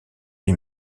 lui